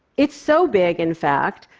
it's so big, in fact,